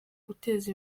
guteza